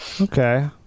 okay